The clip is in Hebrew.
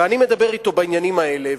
ואני מדבר אתו על העניינים האלה.